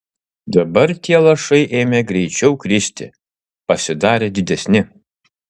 dabar tie lašai ėmė greičiau kristi pasidarė didesni